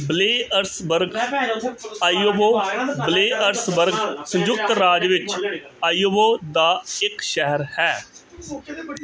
Blairsburg Iowa Blairsburg ਸੰਯੁਕਤ ਰਾਜ ਵਿੱਚ ਆਇਓਵਾ ਦਾ ਇੱਕ ਸ਼ਹਿਰ ਹੈ